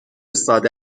ساده